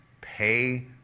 pay